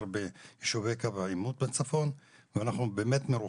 ביישובי קו העימות בצפון ואנחנו באמת מרוחקים.